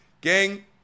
Gang